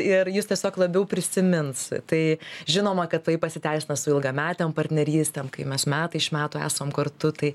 ir jus tiesiog labiau prisimins tai žinoma kad tai pasiteisina su ilgametėm partnerystėm kai mes metai iš metų esam kartu tai